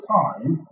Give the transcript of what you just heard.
time